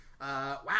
Wow